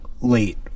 late